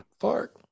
fart